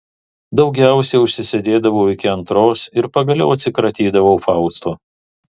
daugiausiai užsisėdėdavau iki antros ir pagaliau atsikratydavau fausto